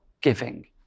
giving